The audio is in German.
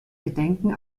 gedenken